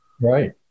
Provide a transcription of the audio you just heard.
Right